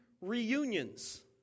reunions